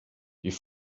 die